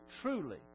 truly